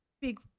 big